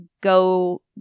go